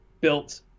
built